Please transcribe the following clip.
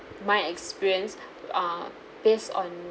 my experience uh based on